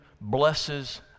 blesses